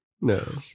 No